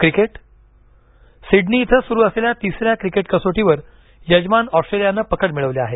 cricket Sydney इथं सुरु असलेल्या तिसऱ्या क्रिकेट कसोटीवर यजमान ऑस्ट्रेलियानं पकड मिळवली आहे